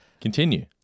continue